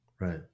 Right